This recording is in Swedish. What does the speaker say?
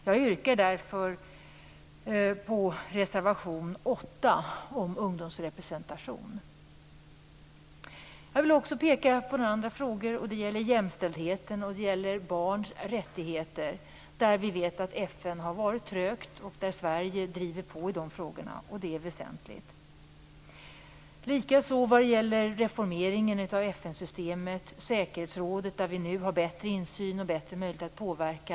Jag yrkar därför bifall till reservation 8 om ungdomsrepresentation. Jag vill också peka på några andra frågor. Det gäller jämställdheten och barns rättigheter. Vi vet att FN har varit trögt. Sverige driver på i de frågorna, och det är väsentligt. Det gäller likaså reformeringen av FN-systemet och säkerhetsrådet. Där har vi nu bättre insyn och bättre möjlighet att påverka.